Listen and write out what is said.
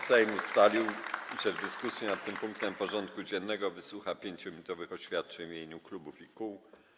Sejm ustalił, że w dyskusji nad tym punktem porządku dziennego wysłucha 5-minutowych oświadczeń w imieniu klubów i kół.